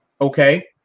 Okay